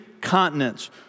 continents